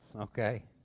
okay